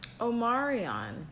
Omarion